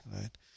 Right